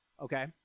okay